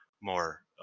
more